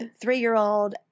three-year-old